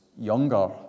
younger